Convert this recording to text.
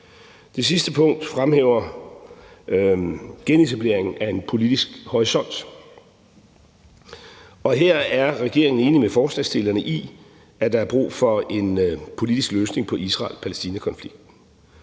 Det sidste punkt fremhæver genetableringen af en politisk horisont, og her er regeringen enig med forslagsstillerne i, at der er brug for en politisk løsning på Israel-Palæstina-konflikten.